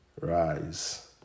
rise